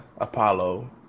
Apollo